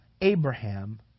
Abraham